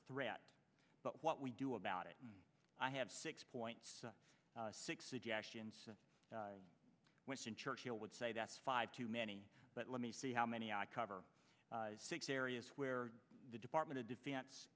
threat but what we do about it and i have six points six suggestions winston churchill would say that's five too many but let me see how many i cover six areas where the department of defen